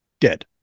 dead